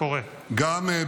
כל משפט הערה.